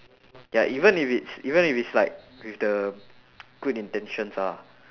ya even if it's even if it's like with the good intentions ah